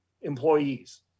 employees